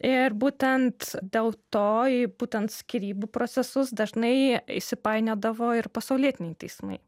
ir būtent dėl to į būtent skyrybų procesus dažnai įsipainiodavo ir pasaulietiniai teismai